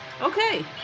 okay